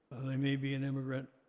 they may be an immigrant.